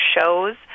shows